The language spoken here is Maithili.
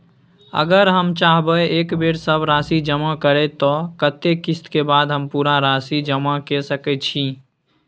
अगर हम चाहबे एक बेर सब राशि जमा करे त कत्ते किस्त के बाद हम पूरा राशि जमा के सके छि?